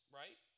right